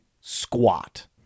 squat